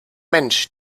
mensch